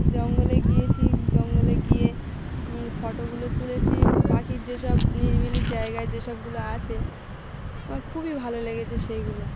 জঙ্গলে গিয়েছি জঙ্গলে গিয়ে ফটোগুলো তুলেছি পাখির যেসব নিরিবিলি জায়গায় যেসবগুলো আছে আমার খুবই ভালো লেগেছে সেইগুলো